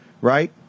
right